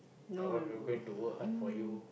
I what going to work hard for you